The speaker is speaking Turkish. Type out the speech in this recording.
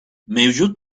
mevcut